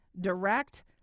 direct